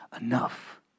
enough